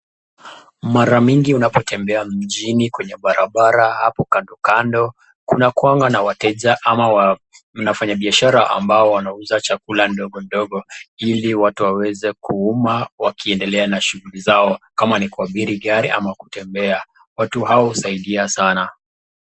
Mara mingi unapotembea mjini kwenye barabara hapo kando kando, kunawuwanga na wateja ama wafanyi biashara ambao wanauza vyakula ndogo ndogo, ili watu waweze kuuma wakiendelea na shughuli zao kama ni kuabiri gari ama kutembea. watu hao husaidia sana.